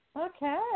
Okay